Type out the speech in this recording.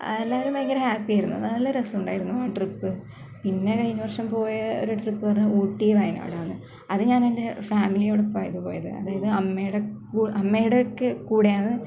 ആ എല്ലാവരും ഭയങ്കര ഹാപ്പി ആയിരുന്നു നല്ല രസം ഉണ്ടായിരുന്നു ആ ട്രിപ്പ് പിന്നെ കഴിഞ്ഞ വര്ഷം പോയ ഒരു ട്രിപ്പ് പറഞ്ഞാൽ ഊട്ടി വയനാടാണ് അത് ഞാനെന്റെ ഫാമിലിയോടൊപ്പം ആയിരുന്നു പോയത് അതായത് അമ്മയുടെ കൂടെ അമ്മയുടെ ഒക്കെ കൂടെയാണ്